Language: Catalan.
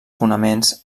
fonaments